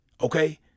Okay